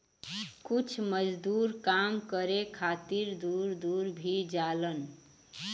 कुछ मजदूर काम करे खातिर दूर दूर भी जालन